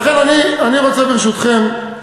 לכן, אני רוצה, ברשותכם,